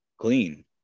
clean